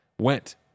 went